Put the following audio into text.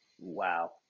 Wow